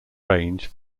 range